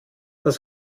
was